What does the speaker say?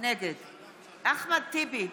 נגד אחמד טיבי,